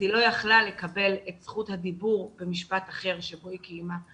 היא לא יכלה לקבל את זכות הדיבור במשפט אחר שאותו היא קיימה.